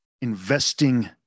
Investing